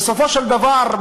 בסופו של דבר,